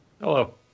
Hello